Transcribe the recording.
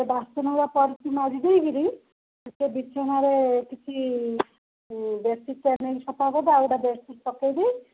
ସେ ବାସନ ପଡ଼ିଚି ମାଜି ଦେଇକରି ଟିକେ ବିଛଣାରେ କିଛି ବେଡ଼ସିଟ୍ଟା ସଫା କରିଦେ ଆଉ ଗୋଟେ ବେଡ଼ସିଟ୍ ପକାଇଦେ